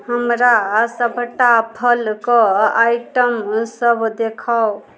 हमरा सबटा फलके आइटमसब देखाउ